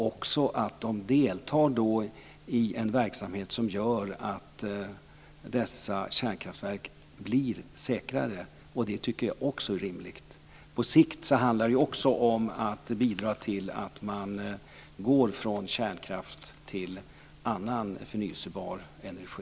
Vattenfall deltar också i en verksamhet som gör att dessa kärnkraftverk blir säkrare - och det tycker jag också är rimligt. På sikt handlar det ju också om att bidra till att man går från kärnkraft till annan förnybar energi.